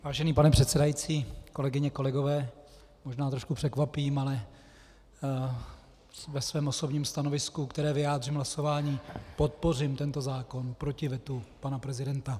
Vážený pane předsedající, kolegyně, kolegové, možná trochu překvapím, ale ve svém osobním stanovisku, které vyjádřím hlasováním, podpořím tento zákon proti vetu pana prezidenta.